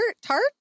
Tart